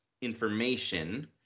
information